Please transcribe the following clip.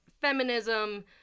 feminism